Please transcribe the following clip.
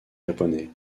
japonais